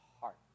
heart